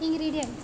ingredient